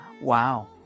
wow